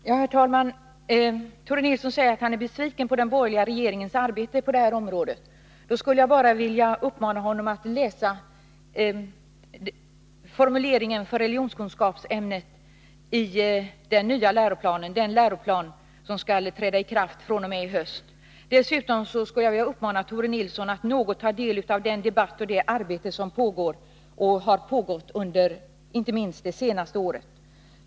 Herr talman! Tore Nilsson säger att han är besviken med anledning av den borgerliga regeringens arbete på detta område. Jag skulle bara vilja uppmana Tore Nilsson att läsa formuleringen för religionskunskapsämnet i den nya läroplanen, som skall träda i kraft fr.o.m. i höst. Dessutom skulle jag vilja uppmana Tore Nilsson att något ta del av den debatt och det arbete som har pågått och pågår, inte minst under det senaste året.